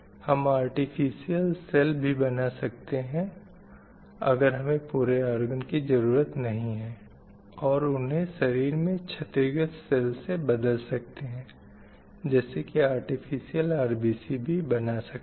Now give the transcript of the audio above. हम artificial cell भी बना सकते हैं अगर हमें पूरे ऑर्गन की ज़रूरत नहीं है और उन्हें शरीर में क्षतिग्रस्त सेल से बदल सकते हैं जैसे की आर्टिफ़िशल RBC भी बना सकते हैं